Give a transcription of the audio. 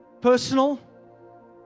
personal